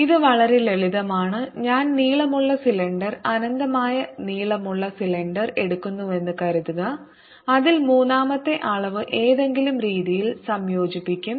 ഇത് വളരെ ലളിതമാണ് ഞാൻ നീളമുള്ള സിലിണ്ടർ അനന്തമായ നീളമുള്ള സിലിണ്ടർ എടുക്കുന്നുവെന്ന് കരുതുക അതിൽ മൂന്നാമത്തെ അളവ് ഏതെങ്കിലും രീതിയിൽ സംയോജിപ്പിക്കും